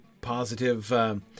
positive